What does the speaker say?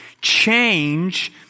change